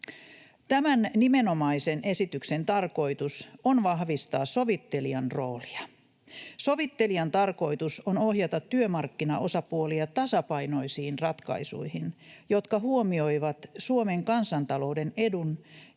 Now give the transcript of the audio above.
Tämän nimenomaisen esityksen tarkoitus on vahvistaa sovittelijan roolia. Sovittelijan tarkoitus on ohjata työmarkkinaosapuolia tasapainoisiin ratkaisuihin, jotka huomioivat Suomen kansantalouden edun